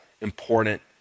important